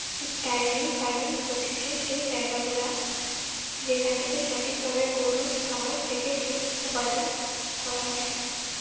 diary farming হতিছে সেই জায়গাগুলা যেখানটাতে সঠিক ভাবে গরুর খামার থেকে দুধ উপাদান করা হয়